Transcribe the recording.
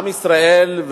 עם ישראל,